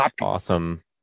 awesome